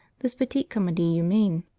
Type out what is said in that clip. this petite comedie humaine,